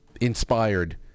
inspired